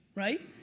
right?